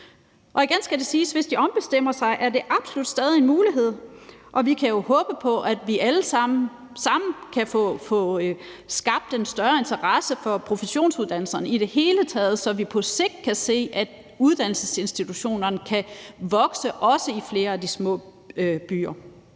Igen skal det siges, at hvis de ombestemmer sig, er det absolut stadig en mulighed, og vi kan jo håbe på, at vi alle sammen sammen kan få skabt en større interesse for professionsuddannelserne i det hele taget, så vi på sigt kan se, at uddannelsesinstitutionerne kan vokse, også i flere af de små byer.